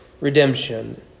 redemption